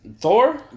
Thor